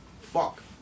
Fuck